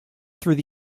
through